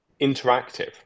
interactive